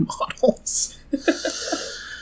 models